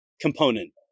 component